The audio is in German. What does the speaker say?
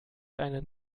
einen